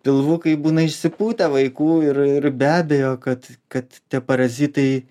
pilvukai būna išsipūtę vaikų ir ir be abejo kad kad tie parazitai